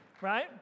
right